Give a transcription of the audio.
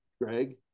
Greg